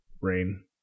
rain